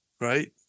right